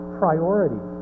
priority